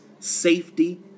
Safety